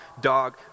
dog